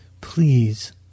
please